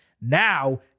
Now